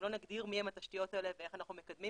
אם לא נגדיר מה התשתיות האלה ואיך אנחנו מקדמים